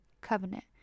covenant